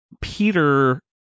peter